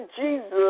Jesus